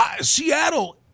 Seattle